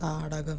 നാടകം